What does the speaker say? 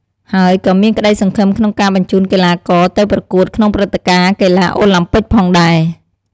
ហើយក៏មានក្តីសង្ឃឹមក្នុងការបញ្ជូនកីឡាករទៅប្រកួតក្នុងព្រឹត្តិការណ៍កីឡាអូឡាំពិកផងដែរ។